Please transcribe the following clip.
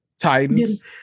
Titans